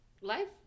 Life